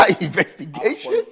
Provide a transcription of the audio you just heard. investigation